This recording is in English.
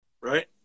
right